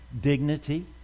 dignity